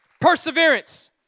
perseverance